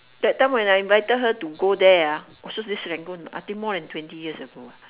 that time when I invited her to go there ah also this Serangoon I think more than twenty years ago ah